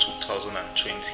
2020